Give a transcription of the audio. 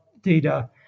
data